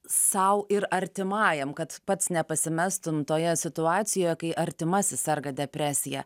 sau ir artimajam kad pats nepasimestum toje situacijo kai artimasis serga depresija